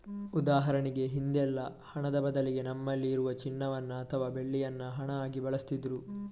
ಉದಾಹರಣೆಗೆ ಹಿಂದೆಲ್ಲ ಹಣದ ಬದಲಿಗೆ ನಮ್ಮಲ್ಲಿ ಇರುವ ಚಿನ್ನವನ್ನ ಅಥವಾ ಬೆಳ್ಳಿಯನ್ನ ಹಣ ಆಗಿ ಬಳಸ್ತಿದ್ರು